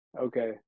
Okay